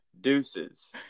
Deuces